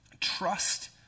trust